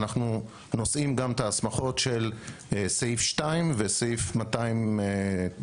אנחנו נושאים גם את ההסמכות של סעיף 2 וסעיף 195,